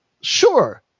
Sure